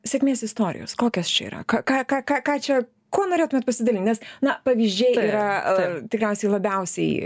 sėkmės istorijos kokios čia yra ką ką ką ką čia kuo norėtumėt pasidalint nes na pavyzdžiai yra tikriausiai labiausiai